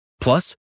Plus